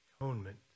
atonement